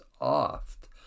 oft